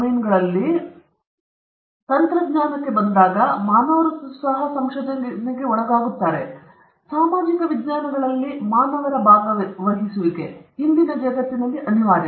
ಮತ್ತು ಅದು ಔಷಧ ಮತ್ತು ಜೈವಿಕ ತಂತ್ರಜ್ಞಾನಕ್ಕೆ ಬಂದಾಗ ಮಾನವರು ಸಂಶೋಧನೆಗೆ ಸಹ ಒಳಗಾಗುತ್ತಾರೆ ಮತ್ತು ಸಾಮಾಜಿಕ ವಿಜ್ಞಾನಗಳಲ್ಲಿ ಮಾನವರ ಭಾಗವಹಿಸುವಿಕೆ ಇಂದಿನ ಜಗತ್ತಿನಲ್ಲಿ ಅನಿವಾರ್ಯ